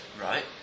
Right